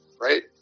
Right